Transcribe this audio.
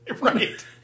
right